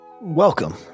welcome